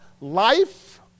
life